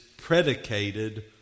predicated